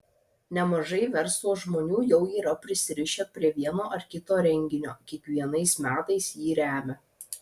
nemažai verslo žmonių jau yra prisirišę prie vieno ar kito renginio kiekvienais metais jį remią